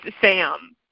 Sam